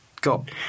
got